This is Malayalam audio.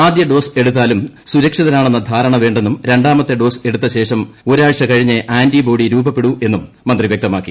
ആദ്യ ഡോസ് എടുത്താലും സുരക്ഷിതരാണെന്ന ധാരണ വേണ്ടെന്നും രണ്ടാമത്തെ ഡോസ് എടുത്ത ശേഷം ഒരാഴ്ച കഴിഞ്ഞേ ആന്റിബോഡി രൂപപ്പെടൂവെന്നും മന്ത്രി വ്യക്തമാക്കി